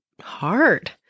hard